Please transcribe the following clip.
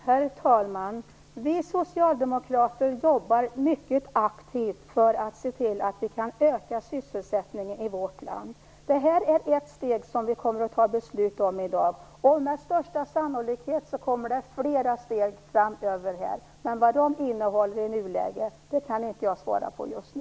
Herr talman! Vi socialdemokrater jobbar mycket aktivt för att se till att vi kan öka sysselsättningen i vårt land. Det här är ett steg som vi kommer att fatta beslut om i dag. Med största sannolikhet kommer det flera steg framöver, men vad de innehåller i nuläget kan jag inte svara på just nu.